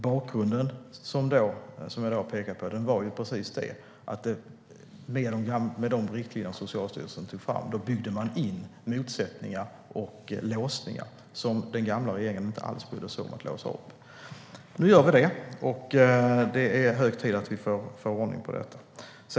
Bakgrunden som jag pekade på var precis den: Med de riktlinjer som Socialstyrelsen tog fram byggde man in motsättningar och låsningar, som den gamla regeringen inte alls brydde sig om att låsa upp. Det gör vi nu, och det är hög tid att vi får ordning på detta.